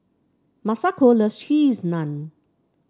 Masako loves Cheese Naan